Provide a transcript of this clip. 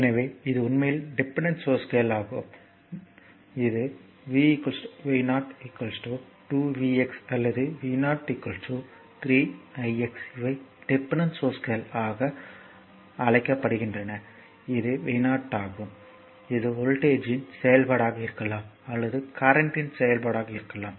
எனவே இது உண்மையில் டிபெண்டன்ட் சோர்ஸ்கள் ஆகும் இது V V 0 2 V x அல்லது V 0 3 i x இவை டிபெண்டன்ட் சோர்ஸ்கள் ஆக அழைக்கப்படுகின்றன இது v 0 ஆகும் இது வோல்ட்டேஜ்யின் செயல்பாடாக இருக்கலாம் அல்லது கரண்ட் ன் செயல்பாடாகவும் இருக்கலாம்